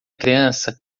criança